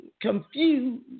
confused